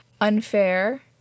unfair